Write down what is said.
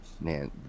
man